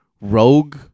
Rogue